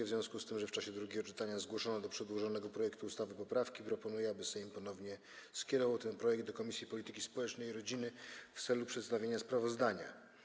W związku z tym, że w czasie drugiego czytania zgłoszono do przedłożonego projektu ustawy poprawki, proponuję, aby Sejm ponownie skierował ten projekt do Komisji Polityki Społecznej i Rodziny w celu przedstawienia sprawozdania.